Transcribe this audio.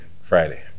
Friday